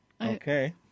Okay